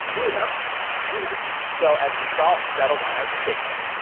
there you go. there you go so as the salt settles on our chicken,